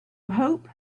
hope